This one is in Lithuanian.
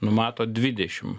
numato dvidešim